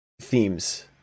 themes